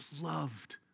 loved